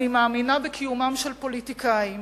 אני מאמינה בקיומם של פוליטיקאים